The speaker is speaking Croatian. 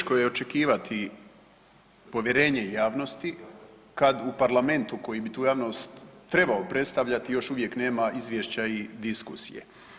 Vrlo teško je očekivati povjerenje javnosti kad u parlamentu koji bi tu javnost trebao predstavljati još uvijek nema izvješća i diskusije.